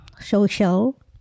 social